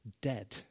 dead